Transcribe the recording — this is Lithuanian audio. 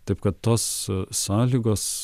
taip kad tos sąlygos